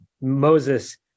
Moses